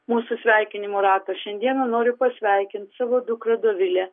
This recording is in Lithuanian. mūsų sveikinimų rato šiandieną noriu pasveikint savo dukrą dovilę